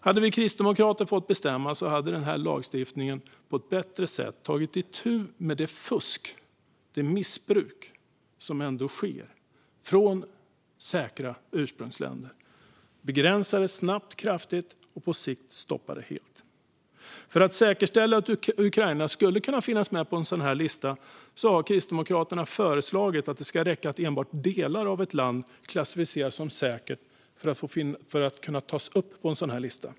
Hade vi kristdemokrater fått bestämma hade lagstiftningen på ett bättre sätt tagit itu med det fusk och det missbruk som ändå sker vad gäller asylsökande från säkra ursprungsländer. Den hade begränsat det snabbt och kraftigt och på sikt stoppat det helt. För att säkerställa att Ukraina skulle kunna finnas med på en lista över säkra länder har Kristdemokraterna föreslagit att det ska räcka att enbart delar av ett land klassificeras som säkert för att landet ska kunna tas upp på en sådan lista.